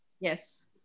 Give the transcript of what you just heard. Yes